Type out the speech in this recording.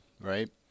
right